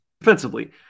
Defensively